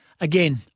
again